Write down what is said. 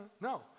no